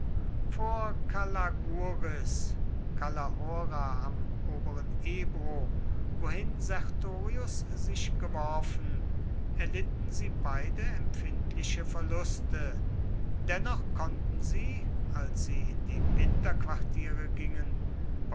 vor calagurris calahorra am oberen ebro wohin sertorius sich geworfen erlitten sie beide empfindliche verluste dennoch konnten sie als sie in die winterquartiere gingen